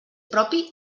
propi